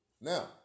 Now